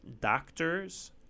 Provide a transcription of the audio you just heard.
doctors